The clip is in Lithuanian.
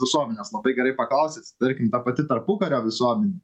visuomenės labai gerai paklausi tarkim ta pati tarpukario visuomenė